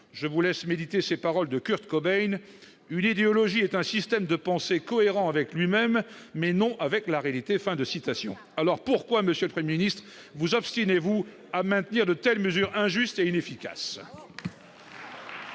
je vous laisse méditer ces paroles de Kurt Cobain, une idéologie est un système de pensée cohérent avec lui-même, mais non avec la réalité, fin de citation alors pourquoi monsieur le 1er ministre vous obstinez-vous à maintenir de telles mesures injustes et inefficaces.